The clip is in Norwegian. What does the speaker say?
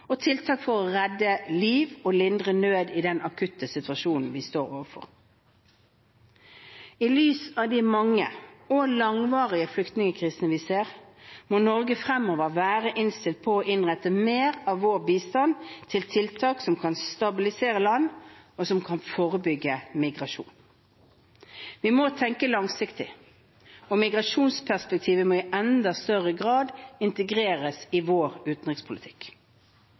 og tiltak for å redde liv og lindre nød i den akutte situasjonen vi står overfor. I lys av de mange og langvarige flyktningkrisene vi ser, må Norge fremover være innstilt på å innrette mer av vår bistand til tiltak som kan stabilisere land og forebygge migrasjon. Vi må tenke langsiktig, og migrasjonsperspektivet må i enda større grad integreres i vår utenrikspolitikk.